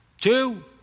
Two